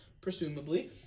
presumably